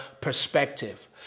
perspective